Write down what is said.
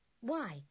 Why